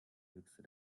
höchste